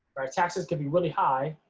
right, taxes can be really high